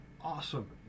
awesome